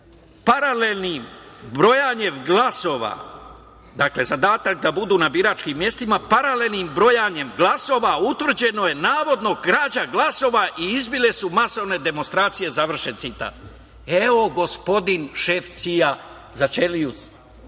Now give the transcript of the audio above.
Paralelnim brojanjem glasova, dakle, zadatak da budu na biračkim mestima, paralelnim brojanjem glasova utvrđeno je navodno krađa glasova i izbile su masovne demonstracije, završen citat. Evo, gospodin šef CIA za ćeliju Srbiju